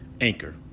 Anchor